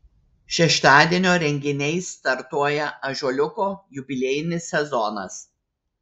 šeštadienio renginiais startuoja ąžuoliuko jubiliejinis sezonas